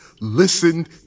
Listen